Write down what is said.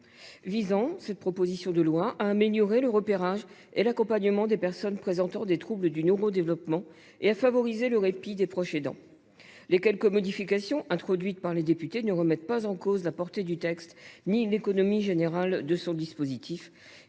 lecture et qui vise à améliorer le repérage et l’accompagnement des personnes présentant des troubles du neurodéveloppement et à favoriser le répit des proches aidants. Les quelques modifications introduites par les députés ne remettent pas en cause la portée du texte ni l’économie générale de son dispositif.